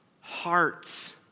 hearts